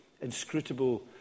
inscrutable